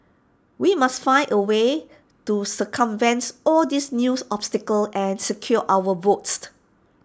we must find A way to circumvent all these new obstacles and secure our votes